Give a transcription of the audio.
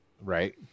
Right